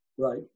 Right